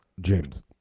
James